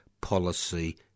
policy